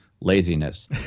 laziness